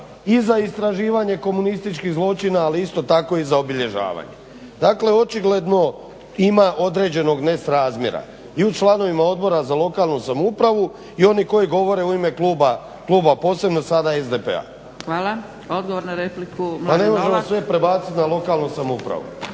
i za istraživanje komunističkih zločina, ali isto tako i za obilježavanje. Dakle očigledno ima određenog nesrazmjera i u članovima Odbora za lokalnu samoupravu i onih koji govore u ime kluba posebno sada SDP-a. **Zgrebec, Dragica (SDP)** Hvala. Odgovor na repliku, Mladen Novak. … /Upadica Vinković: Pa ne možemo sve prebacit na lokalnu samoupravu./…